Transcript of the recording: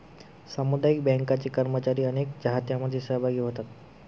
सामुदायिक बँकांचे कर्मचारी अनेक चाहत्यांमध्ये सहभागी होतात